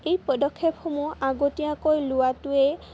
এই পদক্ষেপসমূহ আগতীয়াকৈ লোৱাটোৱে